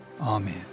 amen